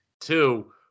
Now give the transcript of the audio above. two